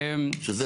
שזה,